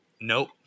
nope